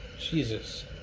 Jesus